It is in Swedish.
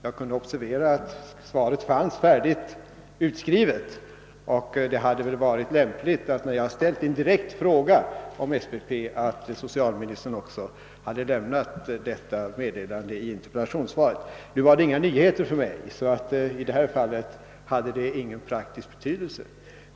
Jag kunde observera att svaret fanns färdigt och utskrivet, och det hade väl varit lämpligt att socialministern, när jag ställt en direkt fråga om SPP, också hade lämnat detta meddelande i interpellationssvaret. Nu innebar det inga nyheter för mig, så i detta fall hade denna metodik ingen praktisk betydelse.